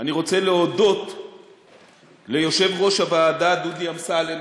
אני רוצה להודות ליושב-ראש הוועדה דודי אמסלם,